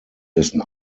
dessen